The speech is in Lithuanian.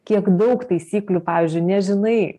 kiek daug taisyklių pavyzdžiui nežinai